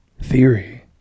Theory